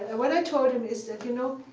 and what i told him is, you know,